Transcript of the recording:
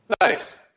Nice